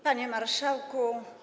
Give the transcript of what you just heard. Panie Marszałku!